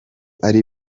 ari